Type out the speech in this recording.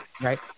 right